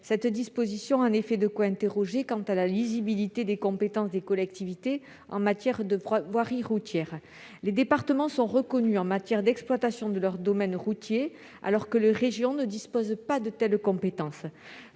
Cette disposition a en effet de quoi interroger quant à la lisibilité des compétences des collectivités en matière de voirie routière. Les départements sont reconnus pour l'exploitation de leur domaine routier, alors que les régions ne disposent pas de telles compétences.